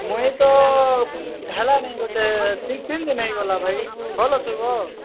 ମୁଁ ତ ହେଲାଣି ଗୋଟେ ତିନ ଦିନ ହୋଇଗଲା ଭାଇ ଭଲ ଅଛୁ